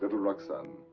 and roxane,